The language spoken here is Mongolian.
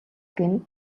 гэнэ